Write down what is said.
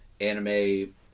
anime